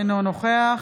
אינו נוכח